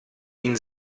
ihn